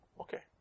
Okay